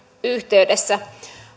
yhteydessä